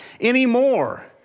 anymore